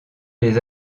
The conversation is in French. les